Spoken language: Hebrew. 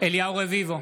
אליהו רביבו,